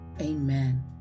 amen